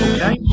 Okay